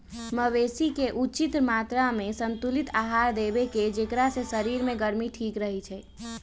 मवेशी के उचित मत्रामें संतुलित आहार देबेकेँ जेकरा से शरीर के गर्मी ठीक रहै छइ